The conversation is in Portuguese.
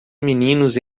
meninos